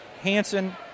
Hanson